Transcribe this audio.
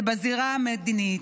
זה בזירה המדינית.